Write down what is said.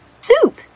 Soup